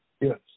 Yes